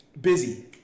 Busy